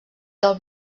del